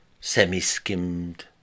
semi-skimmed